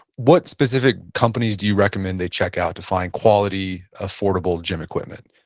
what specific companies do you recommend they check out to find quality affordable gym equipment?